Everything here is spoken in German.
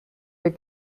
der